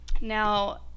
Now